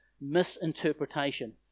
misinterpretation